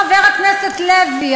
חבר הכנסת לוי,